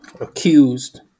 accused